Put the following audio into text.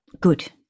Good